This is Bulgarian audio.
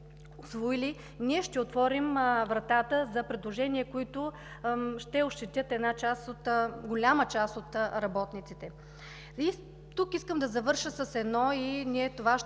усвоили, ние ще отворим вратата за предложения, които ще ощетят голяма част от работниците. Тук искам да завърша с едно: ние ще